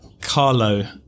Carlo